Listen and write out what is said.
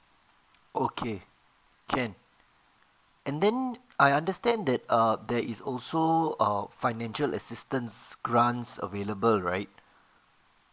okay can and then I understand that uh there is also err financial assistance grants available right